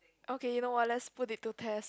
okay you know what let's put it to test